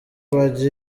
bajya